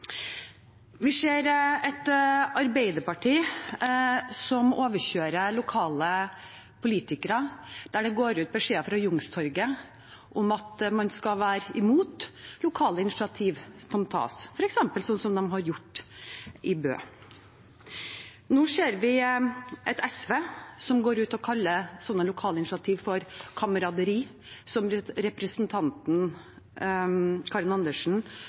Vi ser et Arbeiderparti som overkjører lokale politikere – det går ut beskjeder fra Youngstorget om at man skal være imot lokale initiativ som tas, f.eks. slik de har gjort i Bø. Nå ser vi et SV som går ut og kaller slike lokale initiativ for kameraderi, som representanten Karin Andersen